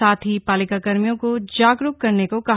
साथ ही पालिकाकर्मियों को जागरूक करने को कहा